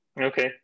Okay